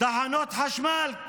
תחנות חשמל,